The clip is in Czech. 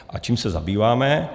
A čím se zabýváme?